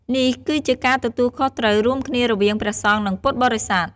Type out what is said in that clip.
នេះគឺជាការទទួលខុសត្រូវរួមគ្នារវាងព្រះសង្ឃ និងពុទ្ធបរិស័ទ។